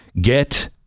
Get